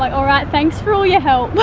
like alright, thanks for all your help,